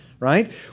right